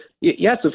Yes